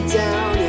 down